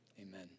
amen